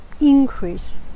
increase